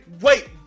wait